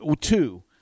two